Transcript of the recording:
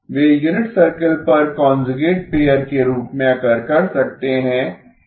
वे unit circle पर conjugate pair के रूप में अकर कर सकते हैं